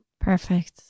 Perfect